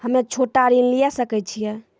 हम्मे छोटा ऋण लिये सकय छियै?